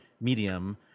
medium